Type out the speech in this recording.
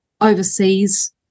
overseas